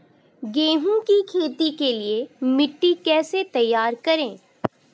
गेहूँ की खेती के लिए मिट्टी कैसे तैयार करें?